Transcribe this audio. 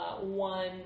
one